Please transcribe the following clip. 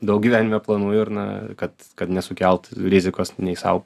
daug gyvenime planų ir na kad kad nesukelt rizikos nei sau